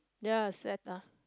ya Seletar